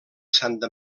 santa